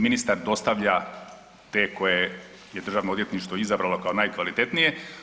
Ministar dostavlja te koje je Državno odvjetništvo izabralo kao najkvalitetnije.